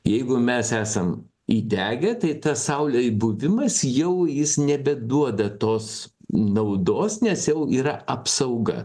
jeigu mes esam įdegę tai tas saulėj buvimas jau jis nebeduoda tos naudos nes jau yra apsauga